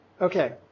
Okay